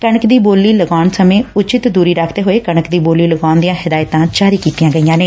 ਕਣਕ ਦੀ ਬੋਲੀ ਲਗਵਾਉਣ ਸਮੇ ਉਚਿਤ ਦੁਰੀ ਰੱਖਦੇ ਹੋਏ ਕਣਕ ਦੀ ਬੋਲੀ ਲਗਾਉਣ ਦੀਆਂ ਹਦਾਇਤਾਂ ਜਾਰੀ ਕੀਤੀਆਂ ਗਈਆਂ ਨੇ